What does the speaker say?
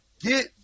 get